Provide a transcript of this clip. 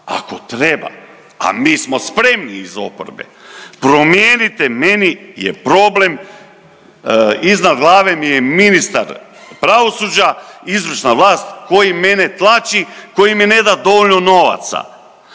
ako treba, a mi smo spremni iz oporbe promijenite, meni je problem, iznad glave mi je ministar pravosuđa, izvršna vlast koji mene tlači, koji mi ne da dovoljno novaca